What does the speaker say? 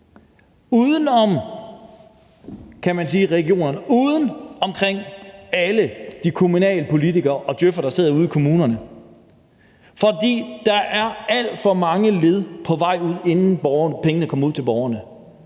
uden om regionerne, uden om alle de kommunalpolitikere og djøf'ere, der sidder ude i kommunerne, for der er alt for mange led på vej ud, inden pengene kommer ud til borgerne.